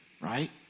right